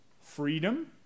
freedom